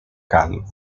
cal